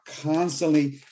constantly